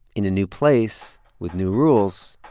in a new place with new rules,